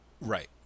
Right